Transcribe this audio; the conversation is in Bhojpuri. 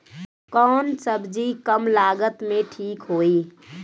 कौन सबजी कम लागत मे ठिक होई?